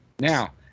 Now